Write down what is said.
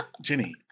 Jenny